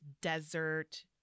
desert